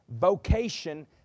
vocation